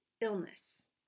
illness